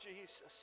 Jesus